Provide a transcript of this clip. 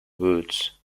woods